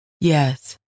Yes